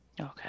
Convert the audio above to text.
Okay